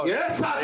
Yes